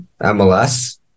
MLS